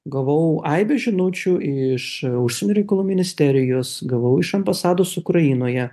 gavau aibę žinučių iš užsienio reikalų ministerijos gavau iš ambasados ukrainoje